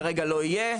כרגע לא יהיה,